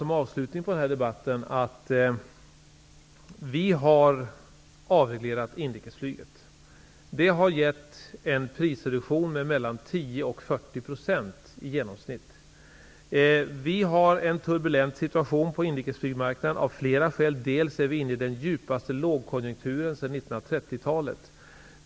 Som avslutning på denna debatt vill jag framföra att inrikesflyget har avreglerats. Det har gett en prisreduktion på i genomsnitt 10--40 %. Vi har en, av flera skäl, turbulent situation på inrikesflygmarknaden. Bl.a. beror det på att Sverige är inne i den djupaste lågkonjunkturen sedan 1930-talet.